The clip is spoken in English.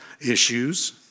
issues